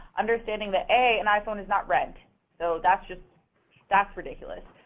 understanding that, a, an iphone is not rent so that's just that's ridiculous.